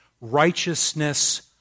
righteousness